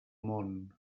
món